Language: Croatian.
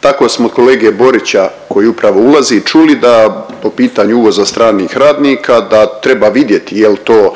Tako smo od kolege Borića koji upravo ulazi čuli da po pitanju uvoza stranih radnika da treba vidjeti jel to